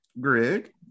Greg